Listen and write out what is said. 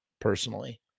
personally